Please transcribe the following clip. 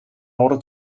order